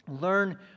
learn